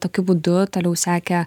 tokiu būdu toliau sekė